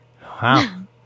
Wow